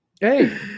Hey